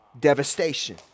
devastation